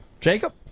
Jacob